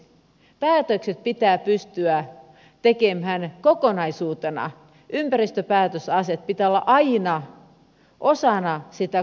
päätökset pitää pystyä tekemään kokonaisuutena ympäristöasioiden pitää olla aina osana sitä kokonaisratkaisua